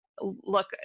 look